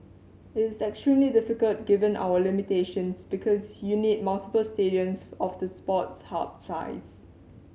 it is extremely difficult given our limitations because you need multiple stadiums of the Sports Hub size